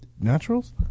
naturals